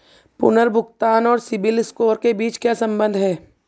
पुनर्भुगतान और CIBIL score के बीच क्या संबंध है?